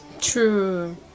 True